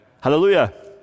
Hallelujah